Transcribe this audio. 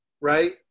right